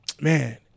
man